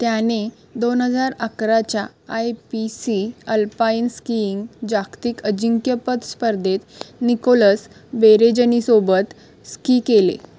त्याने दोन हजार अकराच्या I P C alpine skiing जागतिक अजिंक्यपद स्पर्धेत निकोलस बेरेजनीसोबत स्की केले